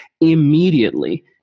immediately